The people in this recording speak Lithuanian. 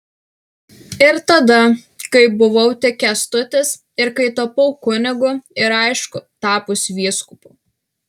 ir tada kai buvau tik kęstutis ir kai tapau kunigu ir aišku tapus vyskupu